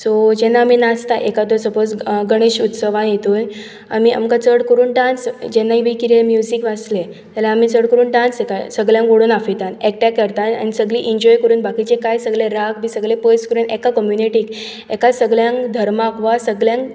so जेन्ना आमी नाचता एकादो सपोज गणेश उत्सवा इतून आमी आमकां चड करून डांस जेन्ना बी केन्ना म्युसीज वाजलें जाल्यार आमी चड करून डांस हाका सगळ्यांक ओडून आफयतात एकट्याक धरतात आनी सगळीं इंजॉय करून बाकीचे काय सगळे राग बी सगळे पयस करून सगळे एका कम्युनिटीक एका सगळ्यांक धर्माक वा सगळ्यां